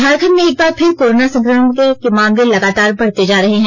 झारखण्ड में एक बार फिर कोरोना संकमण के मामले लगातार बढ़ते जा रहे है